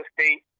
State